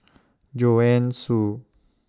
Joanne Soo